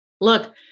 look